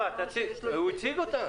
הוא הציג אותה.